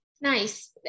Nice